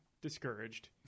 discouraged